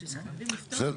בסדר.